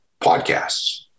podcasts